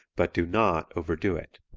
but do not overdo it.